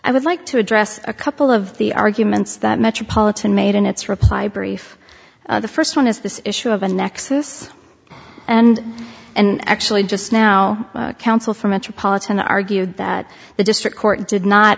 i would like to address a couple of the arguments that metropolitan made in its reply brief the first one is this issue of a nexus and and actually just now counsel for metropolitan argued that the district court did not